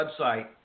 website